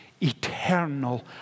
eternal